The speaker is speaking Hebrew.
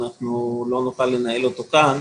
אנחנו לא נוכל לנהל אותו כאן.